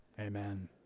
Amen